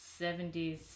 70s